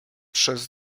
przez